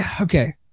okay